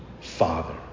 father